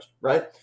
right